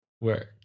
Work